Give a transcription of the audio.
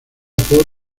por